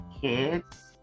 kids